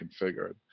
configured